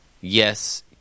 yes